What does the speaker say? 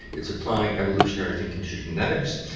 it's applying evolutionary thinking to genetics,